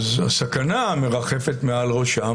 הסכנה מרחפת מעל ראשם,